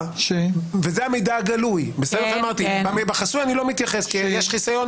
וזה המידע הגלוי בחסוי אני לא מתייחס כי יש חיסיון